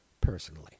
personally